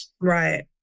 Right